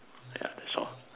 ya that's all